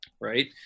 right